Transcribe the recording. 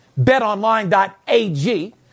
betonline.ag